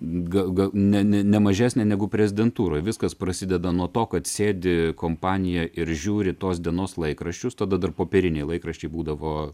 gal ne ne ne mažesnė negu prezidentūroje viskas prasideda nuo to kad sėdi kompanija ir žiūri tos dienos laikraščius tada dar popieriniai laikraščiai būdavo